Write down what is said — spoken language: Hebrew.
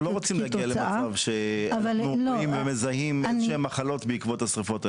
אנחנו לא רוצים להגיע למצב שמזהים מחלות בעקבות השריפות האלה,